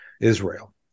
Israel